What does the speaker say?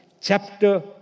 chapter